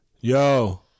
Yo